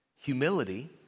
Humility